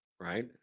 Right